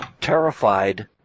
terrified